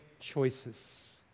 choices